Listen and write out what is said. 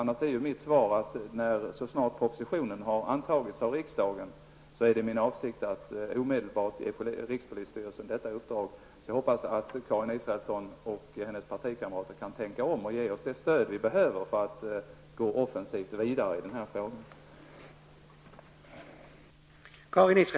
Annars är mitt svar att så snart propositionen har antagits av riksdagen, är det min avsikt att omedelbart ge rikspolisstyrelsen detta uppdrag. Jag hoppas därför att Karin Israelsson och hennes partikamrater kan tänka om och ge oss det stöd som vi behöver för att gå offensivt vidare i denna fråga.